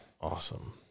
Awesome